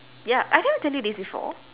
ya I never tell you this before